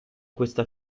questa